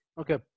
Okay